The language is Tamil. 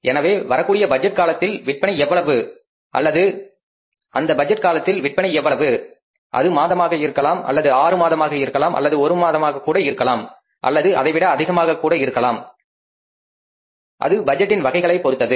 எனவே வரக்கூடிய பட்ஜெட் காலத்தில் விற்பனை எவ்வளவு அல்லது அந்த பட்ஜெட் காலகட்டத்தில் விற்பனை எவ்வளவு அது மாதமாக இருக்கலாம் அல்லது ஆறு மாதமாக இருக்கலாம் அல்லது ஒரு வருடமாக கூட இருக்கலாம் அல்லது அதைவிட அதிகமாகக் கூட இருக்கலாம் அது பட்ஜெட்டின் வகையைப் பொறுத்தது